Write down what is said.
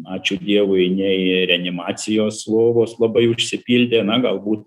ačiū dievui nei reanimacijos lovos labai užsipildė na galbūt